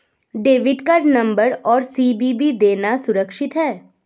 Debit card number और CVV देना सुरक्षित है?